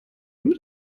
nur